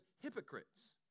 hypocrites